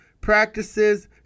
practices